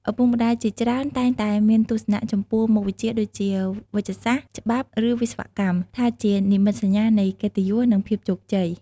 ឪពុកម្ដាយជាច្រើនតែងតែមានទស្សនៈចំពោះមុខវិជ្ជាដូចជា វេជ្ជសាស្ត្រ ច្បាប់ ឬវិស្វកម្ម ថាជានិមិត្តសញ្ញានៃកិត្តិយស និងភាពជោគជ័យ។